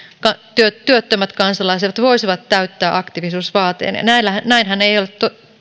työttömät kansalaiset voisivat täyttää aktiivisuusvaateen näinhän ei